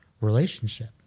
relationship